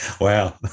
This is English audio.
Wow